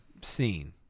scene